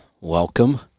Welcome